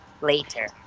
later